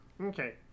Okay